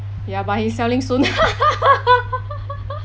ya but he's selling soon